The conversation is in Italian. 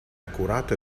accurato